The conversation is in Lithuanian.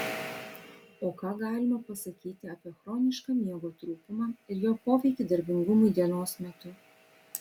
o ką galima pasakyti apie chronišką miego trūkumą ir jo poveikį darbingumui dienos metu